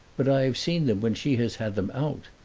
but i have seen them when she has had them out.